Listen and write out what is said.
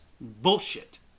bullshit